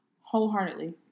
Wholeheartedly